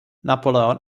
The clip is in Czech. napoleon